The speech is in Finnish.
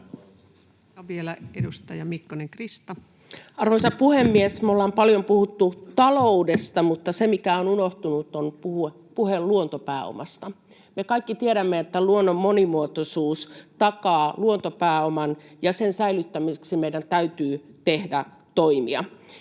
Arvoisa puhemies! Me ollaan paljon puhuttu taloudesta, mutta se, mikä on unohtunut, on puhe luontopääomasta. Me kaikki tiedämme, että luonnon monimuotoisuus takaa luontopääoman, ja sen säilyttämiseksi meidän täytyy tehdä toimia.